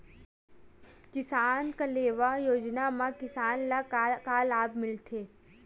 किसान कलेवा योजना म किसान ल का लाभ मिलथे?